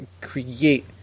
create